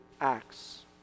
acts